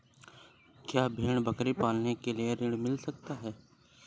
क्या भेड़ बकरी पालने के लिए ऋण मिल सकता है?